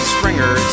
Springer